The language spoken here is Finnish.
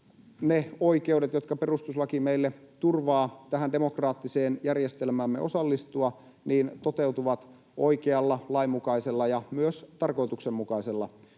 oikeudet, jotka perustuslaki meille turvaa tähän demokraattiseen järjestelmäämme osallistua, toteutuvat oikealla, lainmukaisella ja myös tarkoituksenmukaisella